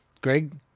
Greg